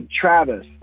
Travis